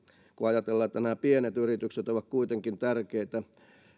kun ajatellaan että nämä pienet yritykset ovat kuitenkin tärkeitä